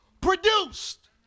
produced